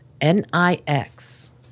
N-I-X